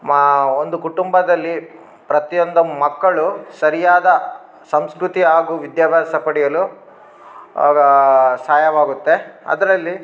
ಮಾ ಒಂದು ಕುಟುಂಬದಲ್ಲಿ ಪ್ರತಿಯೊಂದು ಮಕ್ಕಳು ಸರಿಯಾದ ಸಂಸ್ಕೃತಿ ಆಗು ವಿದ್ಯಾಭ್ಯಾಸ ಪಡಿಯಲು ಆಗ ಸಹಾಯವಾಗುತ್ತೆ ಅದರಲ್ಲಿ